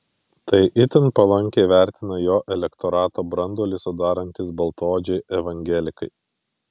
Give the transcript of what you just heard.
tai itin palankiai vertina jo elektorato branduolį sudarantys baltaodžiai evangelikai